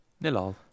Nil-all